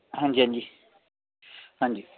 ਹਾਂਜੀ ਹਾਂਜੀ ਹਾਂਜੀ